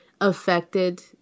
affected